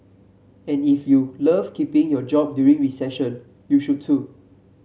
and if you love keeping your job during recession you should too